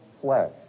flesh